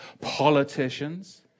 politicians